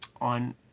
on